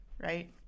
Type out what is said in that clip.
right